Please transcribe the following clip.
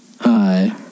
hi